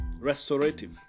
Restorative